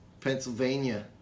Pennsylvania